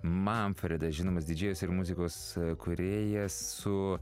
manfredas žinomas didžėjus ir muzikos kūrėjas su